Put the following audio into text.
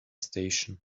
station